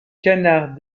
canard